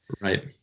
Right